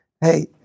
Hey